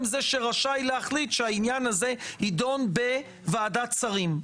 זה שרשאי להחליט שהעניין הזה יידון בוועדת שרים.